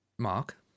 mark